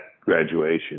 graduation